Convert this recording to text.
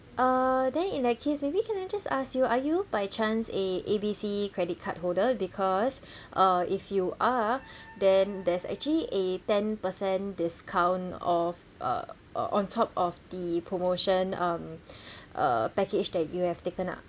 uh then in that case maybe can I just ask you are you by chance a A B C credit card holder because uh if you are then there's actually a ten percent discount of uh uh on top of the promotion um uh package that you have taken up